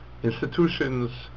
Institutions